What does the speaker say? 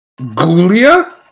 Gulia